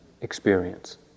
experience